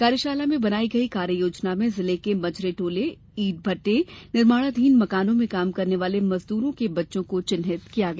कार्यशाला में बनाई गई कार्ययोजना में जिले के मजरे टोले ईंट भट्टे निर्माणाधीन मकानों में काम करने वाले मजदूरों के बच्चों को चिन्हित किया गया